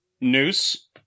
Noose